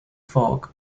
fog